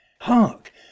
Hark